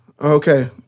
Okay